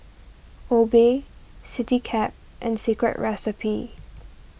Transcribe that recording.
Obey CityCab and Secret Recipe